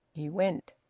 he went.